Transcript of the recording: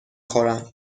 خورم